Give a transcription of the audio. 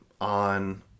on